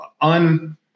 un